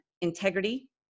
Integrity